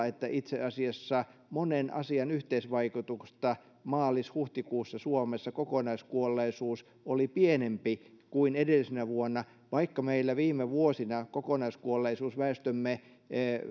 että itse asiassa monen asian yhteisvaikutuksesta maalis huhtikuussa suomessa kokonaiskuolleisuus oli pienempi kuin edellisenä vuonna vaikka meillä viime vuosina kokonaiskuolleisuus väestömme